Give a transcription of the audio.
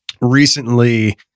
recently